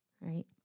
right